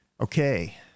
Okay